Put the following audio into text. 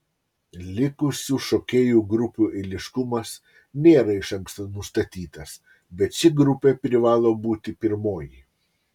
likusių šokėjų grupių eiliškumas nėra iš anksto nustatytas bet ši grupė privalo būti pirmoji